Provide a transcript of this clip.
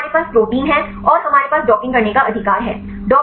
तो अब हमारे पास प्रोटीन है और हमारे पास डॉकिंग करने का अधिकार है